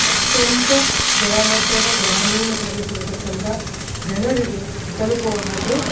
ಅತ್ಯಂತ ಕೆಳಮಟ್ಟದ ಗ್ರಾಮೀಣ ಪ್ರದೇಶ ಇರತಕ್ಕಂಥ ಜನರಿಗೆ ತಲಪುವ ಹಾಗೆ